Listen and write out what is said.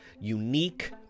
unique